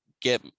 get